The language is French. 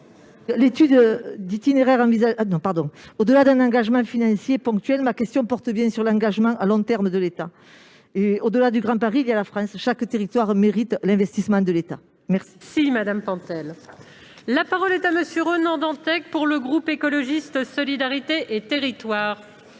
Au-delà d'un engagement financier ponctuel, ma question porte bien sur l'engagement à long terme de l'État. Au-delà du Grand Paris, il y a la France. Chaque territoire mérite l'investissement de l'État. La parole est à M. Ronan Dantec, pour le groupe Écologiste-Solidarité et Territoires.